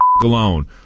alone